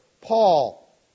Paul